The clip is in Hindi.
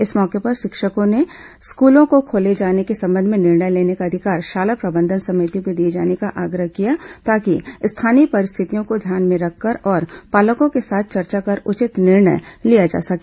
इस मौके पर शिक्षकों ने स्कलों को खोले जाने के संबंध में निर्णय लेने का अधिकार शाला प्रबंधन समितियों को दिए जाने का आग्रह किया ताकि स्थानीय परिस्थितियों को ध्यान में रखकर और पालकों के साथ चर्चा कर उचित निर्णय लिया जा सके